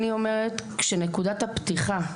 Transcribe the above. אני אומרת כשנקודת הפתיחה,